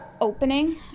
opening